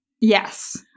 Yes